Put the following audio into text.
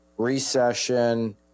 Recession